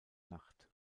nacht